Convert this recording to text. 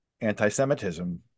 anti-Semitism